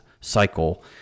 cycle